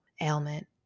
ailment